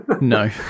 No